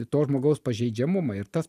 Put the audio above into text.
to žmogaus pažeidžiamumą ir tas